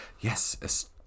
Yes